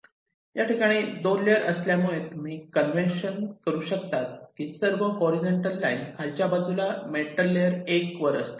या ठिकाणी २ लेअर असल्या मुळे तुम्ही कन्व्हेंशन करू शकता कि सर्व हॉरीझॉन्टल लाईन खालच्या बाजूला मेटल लेअर 1 वर असतील